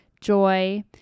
joy